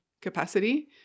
capacity